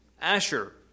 Asher